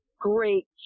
Great